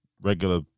regular